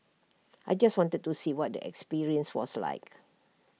I just wanted to see what the experience was like